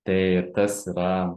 tai tas yra